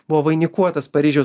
buvo vainikuotas paryžiaus